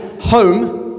home